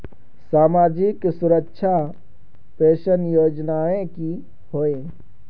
सामाजिक सुरक्षा पेंशन योजनाएँ की होय?